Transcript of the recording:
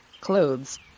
clothes